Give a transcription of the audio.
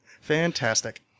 Fantastic